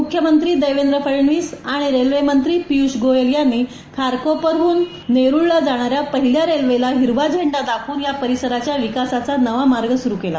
मख्यमंत्री देवेंद्र फडणवीस आणि रेल्वे मंत्री पियष गोयल यांनी खारकोपरहन नेरूळला जाणाऱ्या पहिल्या रेल्वेला हिरवा झेंडा दाखवून या परिसराच्या विकासाचा नवा मार्ग सुरू केला